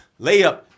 layup